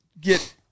get